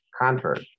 convert